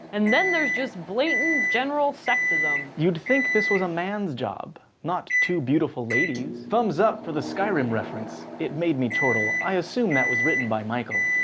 and then there's just blatant, general sexism. youd think this was a mans job, not two beautiful ladies' thumbs up for the skyrim reference, it made me chortle. i assume that was written by michael?